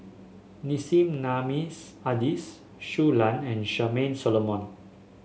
Nissim Nassim Adis Shui Lan and Charmaine Solomon